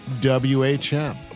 WHM